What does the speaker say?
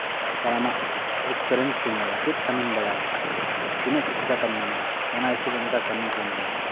ᱥᱟᱱᱟᱢᱟᱜ ᱮᱠᱥᱯᱨᱤᱭᱮᱱᱥ ᱠᱚ ᱧᱮᱞᱟ ᱪᱮᱫ ᱠᱟᱹᱢᱤᱢ ᱵᱟᱲᱟᱭᱟ